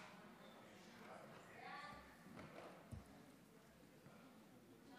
סעיפים 1